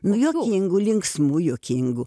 nu juokingų linksmų juokingų